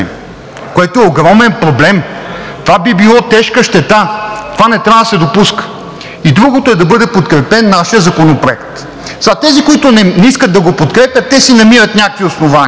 което е огромен проблем. Това би било тежка щета, това не трябва да се допуска. И другото е да бъде подкрепен нашият законопроект. Сега тези, които не искат да го подкрепят, те си намират някакви основания.